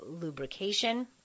lubrication